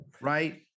right